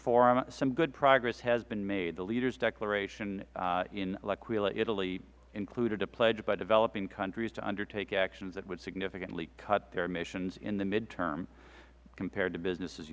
forum some good progress has been made the leaders declaration in l'aquila italy included a pledge by developing countries to undertake actions that would significantly cut their emissions in the midterm compared to business as